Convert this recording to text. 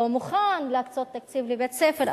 או מוכן להקצות תקציב לבית-ספר,